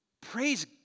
Praise